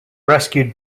rescued